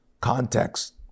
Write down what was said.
context